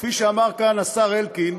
כפי שאמר כאן השר אלקין,